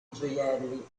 gioielli